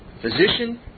physician